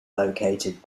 located